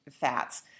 fats